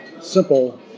simple